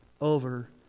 over